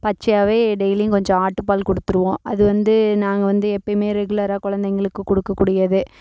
பச்சையாக டெய்லியும் கொஞ்சம் ஆட்டுப்பால் கொடுத்துருவோம் அது வந்து நாங்கள் வந்து எப்பயும் ரெகுலராக குழந்தைங்களுக்கு கொடுக்க கூடியது